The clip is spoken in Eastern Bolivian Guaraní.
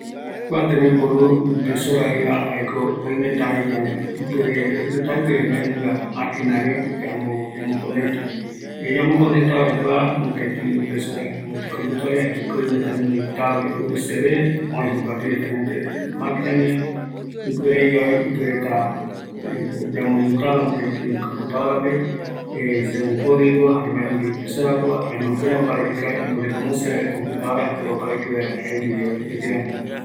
öimeko kua impresora, öimetako gueru cable ñañono vaera computadora re, oimetako opaete tembiporu reta gueru aguiyeara oata ñanekëreɨ yaiporu yave